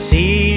See